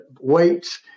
weights